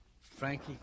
Frankie